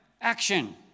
action